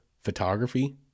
photography